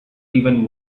even